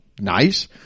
nice